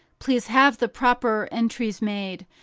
please have the proper entries made,